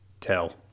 tell